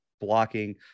blocking